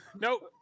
Nope